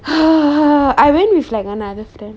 I went with like another friend